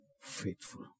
faithful